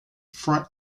front